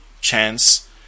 chance